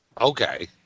Okay